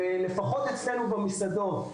לפחות אצלנו במסעדות.